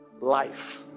life